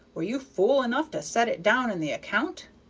were you fool enough to set it down in the account?